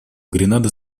гренада